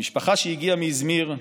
ממשפחה שהגיעה מאיזמיר,